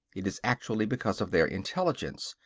it is actually because of their intelligence,